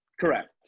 Correct